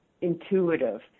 intuitive